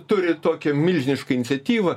turi tokią milžinišką iniciatyvą